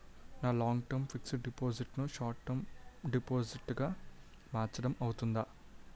నా long term fixed deposit ను short term deposit గా మార్చటం అవ్తుందా?